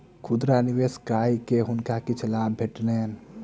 खुदरा निवेश कय के हुनका किछ लाभ भेटलैन